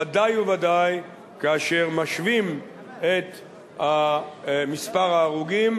ודאי וודאי כאשר משווים את מספר ההרוגים